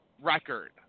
record